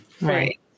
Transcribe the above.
Right